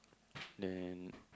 then